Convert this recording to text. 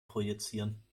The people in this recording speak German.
projizieren